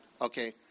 Okay